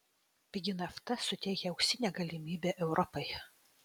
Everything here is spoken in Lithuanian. pigi nafta suteikia auksinę galimybę europai